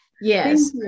Yes